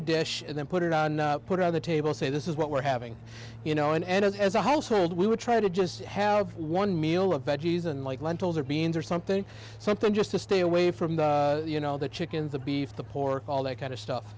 a dish and then put it on put on the table say this is what we're having you know in and as a household we would try to just have one meal of veggies and like lentils or beans or something something just to stay away from the you know the chickens of beef the pork all that kind of stuff